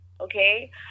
okay